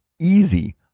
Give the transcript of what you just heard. easy